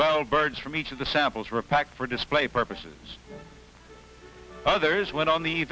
twelve birds from each of the samples were packed for display purposes others went on the